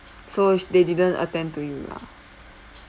so they didn't attend to you lah